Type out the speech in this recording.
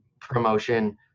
promotion